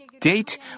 date